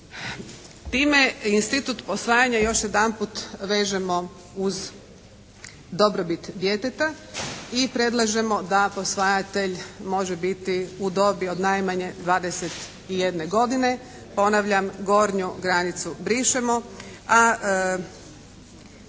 Time institut posvajanja još jedanput vežemo uz dobrobit djeteta i predlažemo da posvajatelj može biti u dobi od najmanje 21 godine. Ponavljam gornju granicu brišemo,